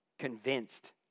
convinced